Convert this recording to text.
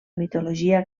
mitologia